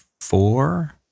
four